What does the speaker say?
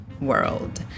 world